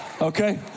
Okay